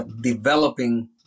developing